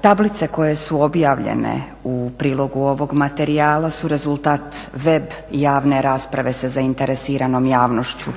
Tablice koje su objavljene u prilogu ovog materijala su rezultat web javne rasprave sa zainteresiranom javnošću